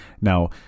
Now